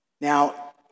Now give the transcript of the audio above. Now